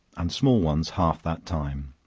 and small ones half that time.